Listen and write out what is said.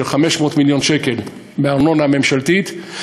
של 500 מיליון שקל מהארנונה הממשלתית,